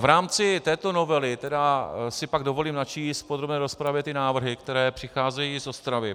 V rámci této novely si pak dovolím načíst v podrobné rozpravě ty návrhy, které přicházejí z Ostravy.